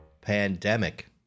pandemic